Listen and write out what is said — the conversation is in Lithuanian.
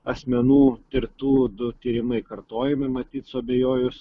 asmenų ir tų du tyrimai kartojami matyt suabejojus